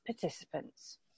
participants